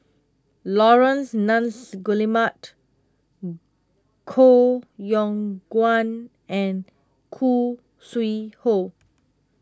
Laurence Nunns Guillemard Koh Yong Guan and Khoo Sui Hoe